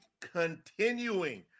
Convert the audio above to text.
continuing